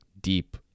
deep